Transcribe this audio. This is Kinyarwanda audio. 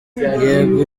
yego